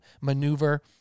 maneuver